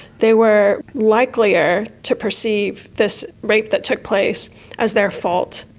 they were likelier to perceive this rape that took place as their fault.